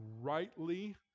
rightly